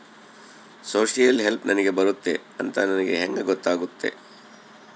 Social help ನನಗೆ ಬರುತ್ತೆ ಅಂತ ನನಗೆ ಹೆಂಗ ಗೊತ್ತಾಗುತ್ತೆ?